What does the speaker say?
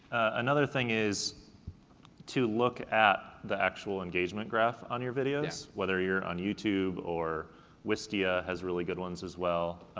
another thing is to look at the actual engagement draft on your videos, whether you're on youtube or wistia has really good ones as well,